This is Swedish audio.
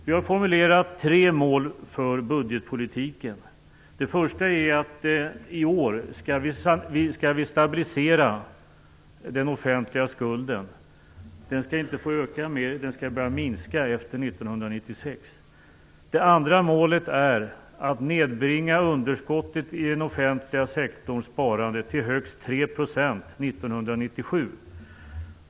Vi har formulerat tre mål för budgetpolitiken. Det första är att vi i år skall stabilisera den offentliga skulden. Den skall inte få öka mer utan börja minska efter 1996. Det andra målet är att nedbringa underskottet i den offentliga sektorns sparande till högst 3 % 1997.